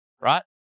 right